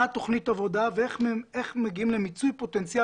מה תוכנית העבודה ואיך מגיעים למיצוי פוטנציאל